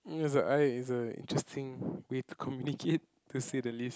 no is a I is a interesting way to communicate to say the least